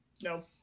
No